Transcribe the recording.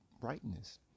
brightness